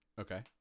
Okay